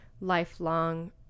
lifelong